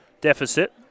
deficit